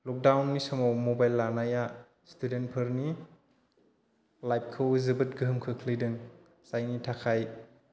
लकडाउननि समाव मबाइल लानाया स्टुडेन्टफोरनि लाइफखौबो जोबोद गोहोम खोख्लैदों जायनि थाखाय